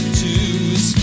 twos